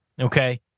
Okay